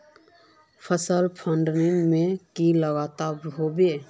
फसल भण्डारण में की लगत होबे?